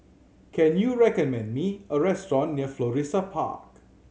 can you recommend me a restaurant near Florissa Park